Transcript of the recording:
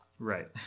Right